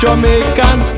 Jamaican